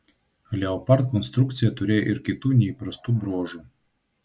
leopard konstrukcija turėjo ir kitų neįprastų bruožų